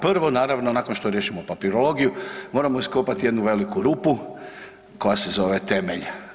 Prvo naravno nakon što riješimo papirologiju, moramo iskopati jednu veliku rupu koja se zove temelj.